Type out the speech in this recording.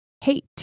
hate